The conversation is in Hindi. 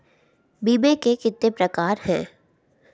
बीमे के कितने प्रकार हैं?